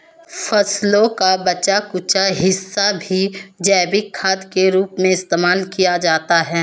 फसलों का बचा कूचा हिस्सा भी जैविक खाद के रूप में इस्तेमाल किया जाता है